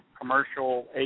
commercial